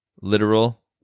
literal